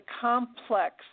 complex